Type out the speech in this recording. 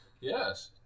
Yes